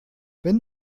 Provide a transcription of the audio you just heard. wenn